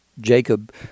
Jacob